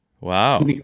Wow